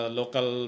local